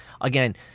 again